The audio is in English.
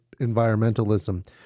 environmentalism